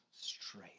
straight